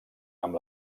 amb